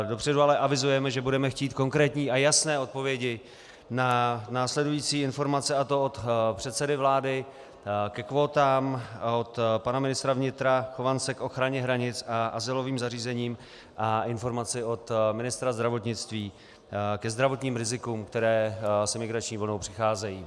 Dopředu ale avizujeme, že budeme chtít konkrétní a jasné odpovědi na následující informace, a to od předsedy vlády ke kvótám, od pana ministra vnitra Chovance k ochraně hranic a azylovým zařízením a informaci od ministra zdravotnictví ke zdravotním rizikům, která s imigrační vlnou přicházejí.